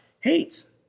hates